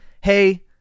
hey